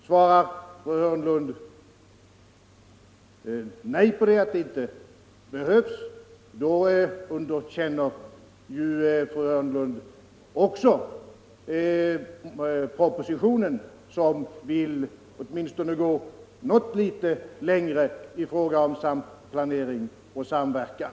Svarar fru Hörnlund att det inte behövs, underkänner fru Hörnlund ju också propositionen som vill gå åtminstone något längre i fråga om samplanering och samverkan.